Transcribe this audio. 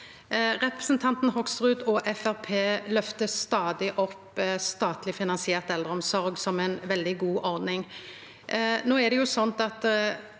Representanten Hoksrud og Framstegspartiet løftar stadig opp statleg finansiert eldreomsorg som ei veldig god ordning.